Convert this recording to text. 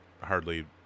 hardly